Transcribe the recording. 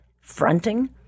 fronting